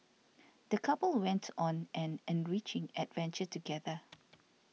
the couple went on an enriching adventure together